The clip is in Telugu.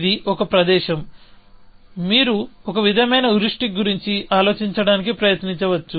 ఇది ఒక ప్రదేశం మీరు ఒక విధమైన హ్యూరిస్టిక్స్ గురించి ఆలోచించడానికి ప్రయత్నించవచ్చు